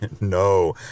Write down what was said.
no